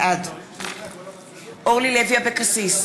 בעד אורלי לוי אבקסיס,